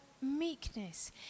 meekness